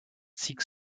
seeks